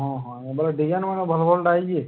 ହଁ ହଁ ବେଲେ ଡିଜାଇନ୍ ମାନେ ଭଲ୍ ଭଲ୍ଟା ଆଇଛେ